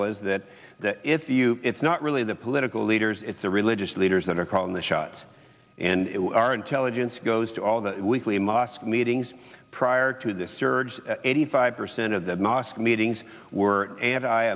was that if you it's not really the political leaders it's the religious leaders that are calling the shots and our intelligence goes to all the weekly mosque meetings prior to the surge eighty five percent of the mosque meetings were a